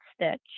stitch